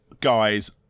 guys